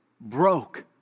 broke